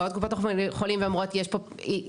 באות קופות החולים ואומרת שיש פה ניצול,